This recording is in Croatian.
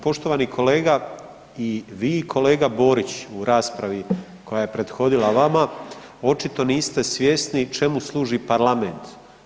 Poštovani kolega, i vi i kolega Borić u raspravi koja je prethodila vama, očito niste svjesni čemu služi parlament.